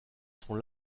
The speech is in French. son